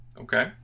Okay